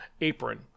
apron